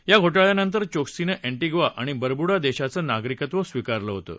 या घोटाळ्यानंतर चोक्सीनं एंटिग्वा आणि बरबुडा देशाचं नागरिकत्व स्विकारलं होतं